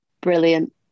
Brilliant